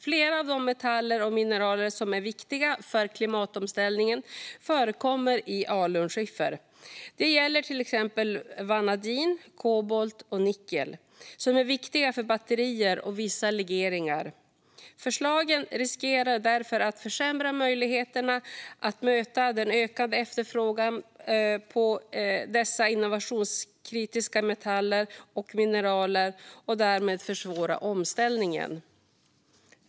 Flera av de metaller och mineral som är viktiga för klimatomställningen förekommer i alunskiffer. Det gäller till exempel vanadin, kobolt och nickel som är viktiga för batterier och vissa legeringar. Förslagen riskerar därför att försämra möjligheterna att möta den ökade efterfrågan på dessa innovationskritiska metaller och mineral och därmed försvåra omställningen.